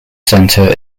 centre